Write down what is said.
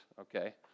okay